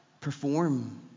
perform